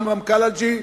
עמרם קלעג'י,